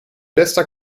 bester